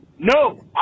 No